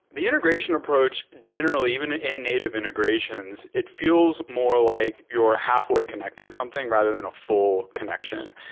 the integration approach, generally, even ah in native integrations, it feels more like you're halfway connecting something rather than a full connection.